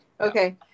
Okay